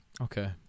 okay